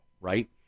right